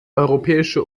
europäische